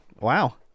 Wow